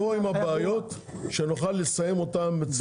תבואו עם הבעיות שנוכל לסיים אותן.